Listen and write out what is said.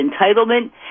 entitlement